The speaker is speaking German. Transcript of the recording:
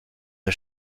der